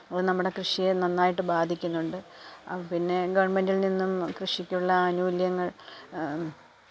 അത് നമ്മുടെ കൃഷിയെ നന്നായിട്ട് ബാധിക്കുന്നുണ്ട് പിന്നെ ഗവണ്മെന്റില്നിന്നും കൃഷിക്കുള്ള ആനുകൂല്യങ്ങള്